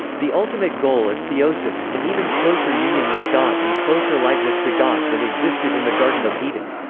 the ultimate goal is theosis an even closer union with god and closer likeness to god than existed in the garden of eden.